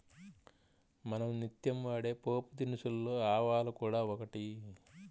మనం నిత్యం వాడే పోపుదినుసులలో ఆవాలు కూడా ఒకటి